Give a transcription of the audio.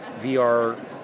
VR